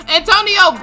Antonio